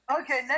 Okay